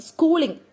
Schooling